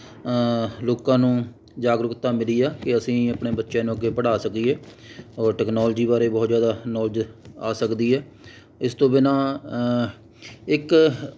ਲੋਕਾਂ ਨੂੰ ਜਾਗਰੂਕਤਾ ਮਿਲੀ ਹੈ ਕਿ ਅਸੀਂ ਆਪਣੇ ਬੱਚਿਆਂ ਨੂੰ ਅੱਗੇ ਪੜ੍ਹਾ ਸਕੀਏ ਔਰ ਟੈਕਨੋਲਜੀ ਬਾਰੇ ਬਹੁਤ ਜ਼ਿਆਦਾ ਨੌਲੇਜ ਆ ਸਕਦੀ ਹੈ ਇਸ ਤੋਂ ਬਿਨਾਂ ਇੱਕ